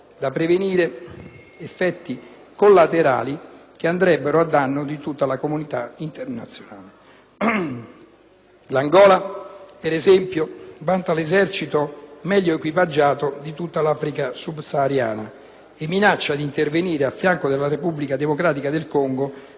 per esempio, vanta l'esercito meglio equipaggiato di tutta l'Africa subsahariana e minaccia di intervenire a fianco della Repubblica democratica del Congo per sedare eserciti di ribelli nel Nord del Kivu, come già fece durante la prima guerra del Congo, durante la quale, ricordiamo,